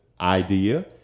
idea